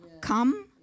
come